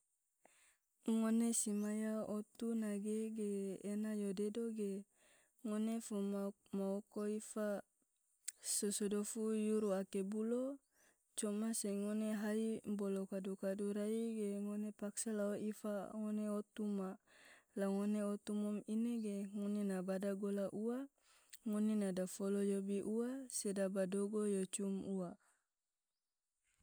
Ngone si maya otu nage ge ena yo dedo ge, ngone fo maok maoko ifa, so sodofu yuru ake bulo, coma se ngone hai bolo kadu-kadu rai ge ngone paksa lao ifa ngone otu ma, la ngone otu mom ine ge, ngone na bada gola ua, ngone na dofolo yobi ua sedaba dogo yo cum ua.